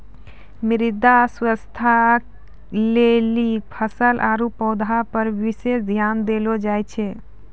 मृदा स्वास्थ्य लेली फसल आरु पौधा पर विशेष ध्यान देलो जाय छै